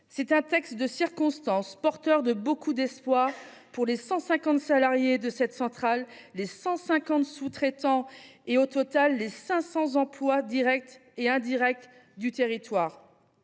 d’un texte de circonstance, porteur de beaucoup d’espoirs pour les 150 salariés de cette centrale, les 150 sous traitants et les 500 emplois directs et indirects du territoire.